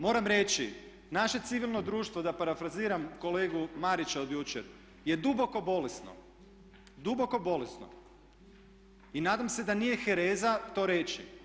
Moram reći, naše civilno društvo da parafraziram kolegu Marića od jučer je duboko bolesno, duboko bolesno i nadam se da nije hereza to reći.